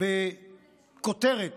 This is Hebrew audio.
בכותרת